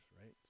right